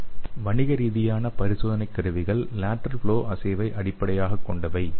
slide நேரத்தைப் பார்க்கவும் 1130 வணிக ரீதியான பரிசோதனை கருவிகள் லேடெரல் ஃப்ளொ அஸ்ஸேவை அடிப்படையாகக் கொண்டவை